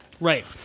Right